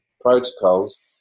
protocols